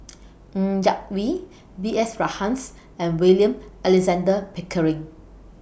Ng Yak Whee B S Rajhans and William Alexander Pickering